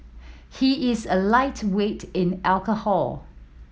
he is a lightweight in alcohol